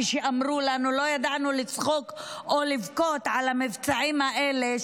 כשאמרו לנו לא ידענו אם לצחוק או לבכות על המבצעים האלה,